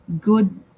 good